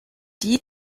die